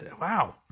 Wow